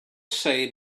say